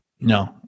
No